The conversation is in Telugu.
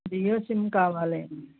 జియో సిమ్ కావాలి అండి